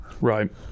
right